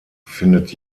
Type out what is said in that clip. findet